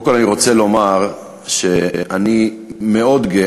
קודם כול אני רוצה לומר שאני מאוד גאה,